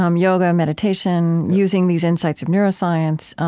um yoga, meditation, using these insights of neuroscience.